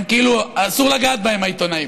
הם, כאילו אסור לגעת בהם, העיתונאים.